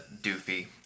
Doofy